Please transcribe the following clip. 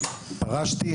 פרשתי,